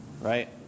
right